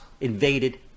invaded